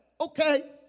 okay